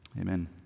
amen